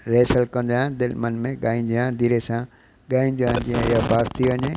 rehearsal कंदो आहियां दिलमन में ॻाईंदो आहियां धीरे सां ॻाईंदो आहियां जीअं ई अभ्यास थी वञे